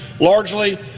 largely